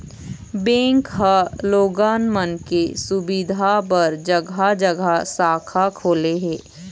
bank ह लोगन मन के सुबिधा बर जघा जघा शाखा खोले हे